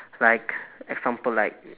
like example like